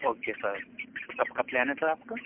okay sir تو کب کا پلان ہے سر آپ کا